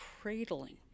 cradling